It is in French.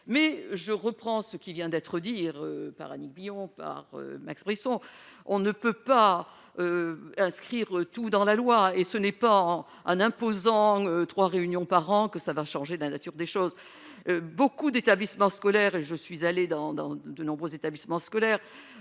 mais je reprends ce qui vient d'être dire par Annick Billon par Max Brisson, on ne peut pas inscrire tous dans la loi et ce n'est pas un imposant 3 réunions par an, que ça va changer la nature des choses beaucoup d'établissements scolaires et je suis allé dans dans de nombreux établissements scolaires